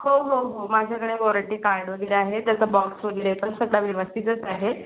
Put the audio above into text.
हो हो हो माझ्याकडे वॉरंटी कार्ड वगैरे आहे त्याचा बॉक्स वगैरे पण सगळा व्यवस्थितच आहे